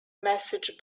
message